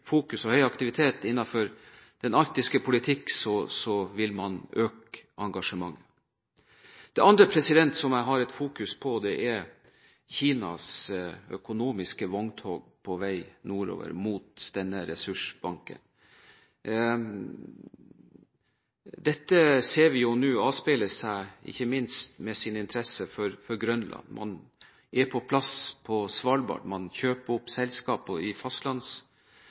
aktivitet innenfor den arktiske politikk – å øke dette engasjementet. Det andre som jeg har et fokus på, er Kinas økonomiske vogntog på vei nordover mot denne ressursbanken. Dette ser vi nå avspeile seg ikke minst i interessen for Grønland, man er på plass på Svalbard, man kjøper opp selskaper i